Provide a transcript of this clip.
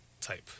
type